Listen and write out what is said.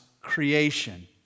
creation